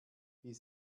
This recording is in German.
die